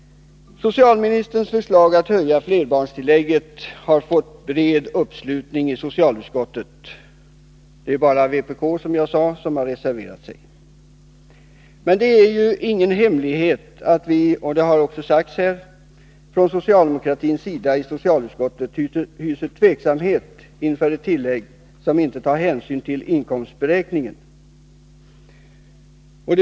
Socialministerns förslag att höja flerbarnstillägget har fått bred uppslutning i socialutskottet. Det är, som jag sade, bara vpk som har reserverat sig. Men det är ingen hemlighet — det har också sagts i kammaren — att vi socialdemokrater i socialutskottet ställer oss tveksamma till ett tillägg som inte tar hänsyn till inkomstberäkningen.